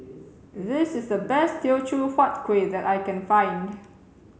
this is the best Teochew Huat Kueh that I can find